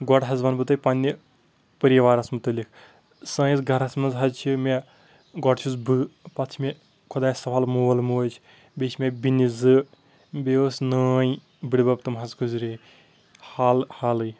گۄڈٕ حظ وَنہٕ بہٕ تۄہہِ پنٛنہِ پٔرِوارَس مُتعلق سٲنِس گَرَس منٛز حظ چھِ مےٚ گۄڈٕ چھُس بہٕ پَتہٕ چھِ مےٚ خۄدایَس سَوال مول موج بیٚیہِ چھِ مےٚ بیٚنہِ زٕ بیٚیہِ اوس نانۍ بٔڈِ بَب تِم حظ گُزرے حال حالٕے